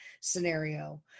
scenario